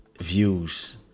views